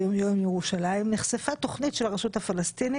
יום ירושלים נחשפה תכנית של הרשות הפלסטינית